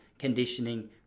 conditioning